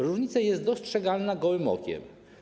Różnica jest dostrzegalna gołym okiem.